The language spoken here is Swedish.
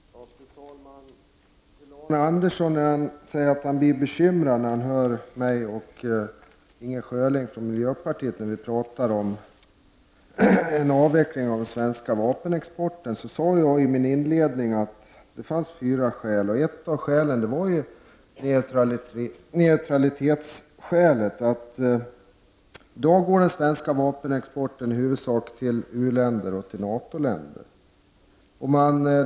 Fru talman! Arne Andersson i Ljung säger att han blir bekymrad när han hör mig och Inger Schörling från miljöpartiet tala om en avveckling av den svenska vapenexporten. Men i inledningen sade jag att det finns fyra skäl till detta: ett var neutralitetsskälet. I dag går den svenska vapenexporten i huvudsak till u-länder och NATO länder.